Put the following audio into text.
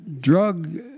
drug